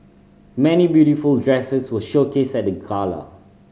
many beautiful dresses were showcased at the gala